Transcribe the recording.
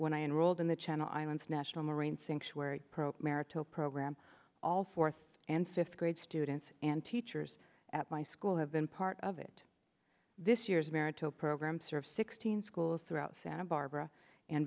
when i enrolled in the channel islands national marine sanctuary pro marital program all fourth and fifth grade students and teachers at my school have been part of it this year is married to a program serve sixteen schools throughout santa barbara